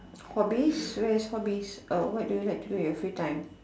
hobbies where is hobbies oh what do you like to do in your free time